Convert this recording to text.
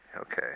Okay